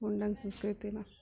मुण्डन संस्कृतिमे